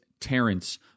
Terrence